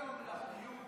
מבחינת